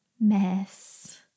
mess